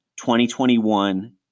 2021